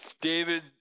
David